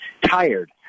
tired